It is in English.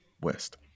West